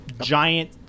giant